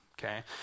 Okay